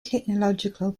technological